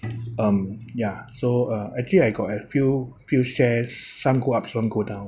um ya so uh actually I got a few few shares some go up some go down